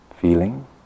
feeling